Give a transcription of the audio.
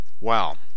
Wow